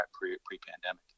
pre-pandemic